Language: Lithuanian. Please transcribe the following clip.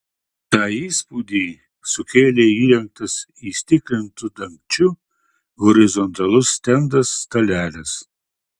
tą įspūdį sukėlė įrengtas įstiklintu dangčiu horizontalus stendas stalelis